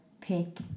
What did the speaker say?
pick